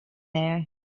there